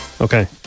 Okay